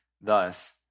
Thus